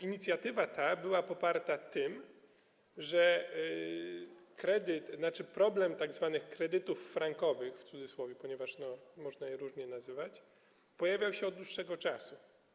Inicjatywa ta była poparta tym, że problem tzw. kredytów frankowych - w cudzysłowie, ponieważ można je różnie nazywać - pojawiał się od dłuższego czasu.